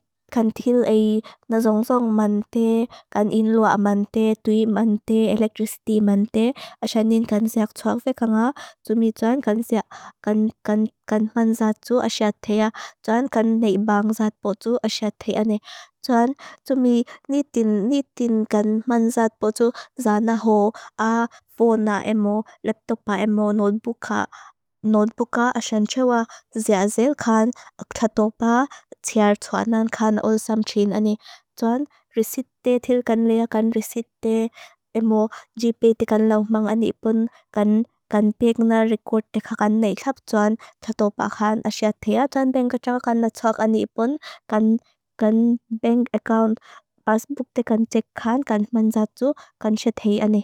kan til ei na zong zong mante, kan inua mante, tui mante, electricity mante, asa nin kan siak txuak fek anga. Txumi txuan kan man zaat txu a siat thea, txuan kan nei baang zaat po txu a siat thea ne. Txuan txumi nitin, nitin kan man zaat po txu zana ho, a phone na emo, laptop pa emo, notebook ka, notebook ka asan txewa, zia zil kan, katopa, tiar txuanan kan ol sam txin ane. Txuan risite til kan lea, kan risite emo, jipi tikan longmang ane ipun, kan ping na record tikan kan nei, txap txuan katopa kan a siat thea. Txuan pengkachak kan na txuak ane ipun, kan peng account, passbook tikan txik kan, kan man zaat txu kan siat thea ane.